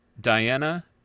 Diana